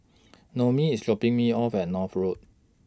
Noemi IS dropping Me off At North Road